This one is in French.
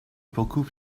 beaucoup